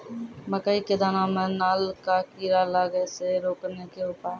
मकई के दाना मां नल का कीड़ा लागे से रोकने के उपाय?